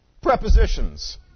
Prepositions